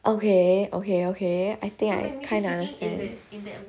okay okay okay I think I kind of understand